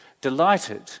delighted